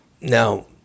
Now